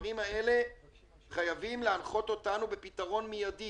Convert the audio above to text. הדברים האלה חייבים להנחות אותנו למציאת פתרון מיידי.